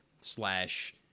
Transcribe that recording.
slash